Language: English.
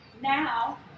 now